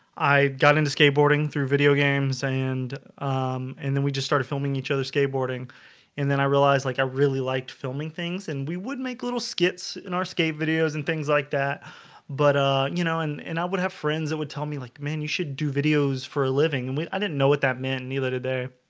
i got into skateboarding through video games and and then we just started filming each other skateboarding and then i realized like i really liked filming things and we would make little skits in our skate videos and things like that but ah, you know, and and i would have friends that would tell me like man you should do videos for a living and we i didn't know what that meant either did there